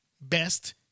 best